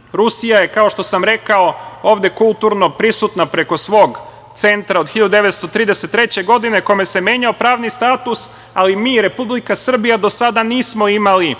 Moskvi. Rusija je, kao što sam rekao ovde kulturno prisutna preko svog centra, od 1933. godine, kome se menjao pravni status, ali mi, Republika Srbija, nismo imali